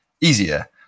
easier